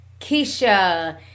keisha